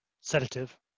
Sedative